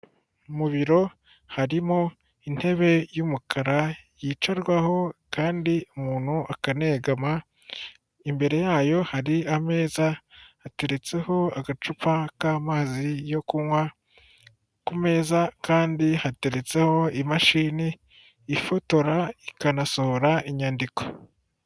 Mu biro harimo intebe y'umukara yicarwaho kandi umuntu akanegama, imbere yayo hari ameza hateretseho agacupa k'amazi yo kunywa, ku meza kandi hateretseho imashini ifotora ikanasohora inyandiko.